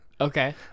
okay